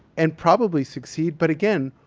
and probably succeed, but again,